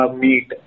meat